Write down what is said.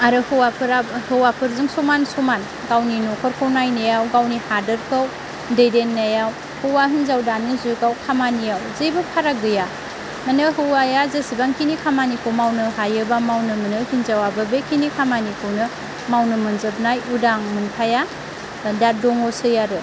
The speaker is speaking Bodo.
आरो हौवाफोराबो हौवाफोरजों समान समान गावनि न'खरखौ नायनायाव गावनि हादोरखौ दैदेननायाव हौवा हिनजाव दानि जुगाव खामानियाव जेबो फाराग गैया माने हौवाया जेसेबांखिनि खामानिखौ मावनो हायो बा मावनो मोनो हिनजावाबो बेखिनि खामानिखौनो मावनो मोनजोबनाय उदां मोन्थाया दा दङसै आरो